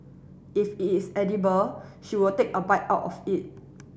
if it is edible she will take a bite out of it